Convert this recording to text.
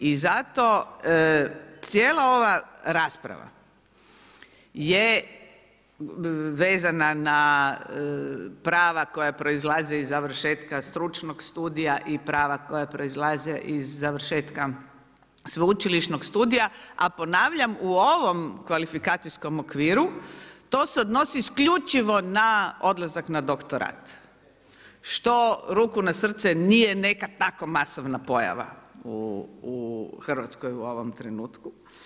I zato cijela ova rasprava je vezana na prava koje proizlaze iz završetka stručnog studija i prava koja proizlaze iz završetka sveučilišnog studija a ponavljam u ovom kvalifikacijskom okviru to se odnosi isključivo na odlazak na doktorat što ruku na srce, nije neka tako masovna pojava u Hrvatskoj u ovom trenutku.